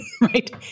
right